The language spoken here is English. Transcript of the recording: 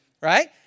Right